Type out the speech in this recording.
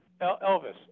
Elvis